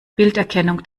bilderkennung